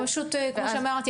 כמו שאמרתי,